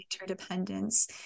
interdependence